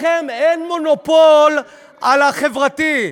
לכם אין מונופול על החברתי.